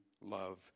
love